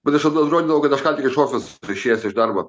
bet aš atrodydavau kad aš tik iš ofiso išėjęs iš darbo